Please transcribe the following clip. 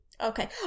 Okay